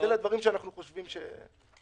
אלה הדברים שאנחנו חושבים שאפשר.